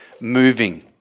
moving